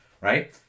right